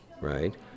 right